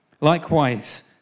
Likewise